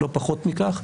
לא פחות מכך,